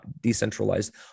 decentralized